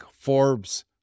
Forbes